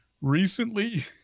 recently